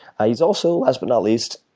ah he's also, last but not least,